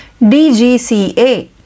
DGCA